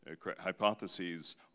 Hypotheses